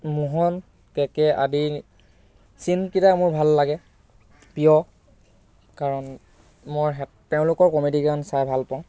মোহন কেকে আদিৰ চিনকেইটা মোৰ ভাল লাগে প্ৰিয় কাৰণ মোৰ তেওঁলোকৰ কমেডি কাৰণ চাই ভাল পাওঁ